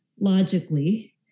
logically